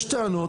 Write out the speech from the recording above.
יש טענות,